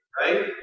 right